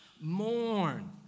Mourn